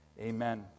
amen